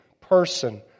person